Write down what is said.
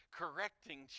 correcting